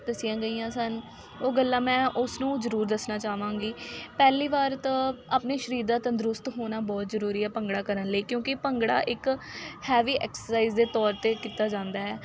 ਦੱਸੀਆਂ ਗਈਆਂ ਸਨ ਉਹ ਗੱਲਾਂ ਮੈਂ ਉਸ ਨੂੰ ਜ਼ਰੂਰ ਦੱਸਣਾ ਚਾਹਵਾਂਗੀ ਪਹਿਲੀ ਵਾਰ ਤਾਂ ਆਪਣੇ ਸਰੀਰ ਦਾ ਤੰਦਰੁਸਤ ਹੋਣਾ ਬਹੁਤ ਜ਼ਰੂਰੀ ਹੈ ਭੰਗੜਾ ਕਰਨ ਲਈ ਕਿਉਂਕਿ ਭੰਗੜਾ ਇੱਕ ਹੈਵੀ ਐਕਸਰਸਾਈਜ਼ ਦੇ ਤੌਰ 'ਤੇ ਕੀਤਾ ਜਾਂਦਾ ਹੈ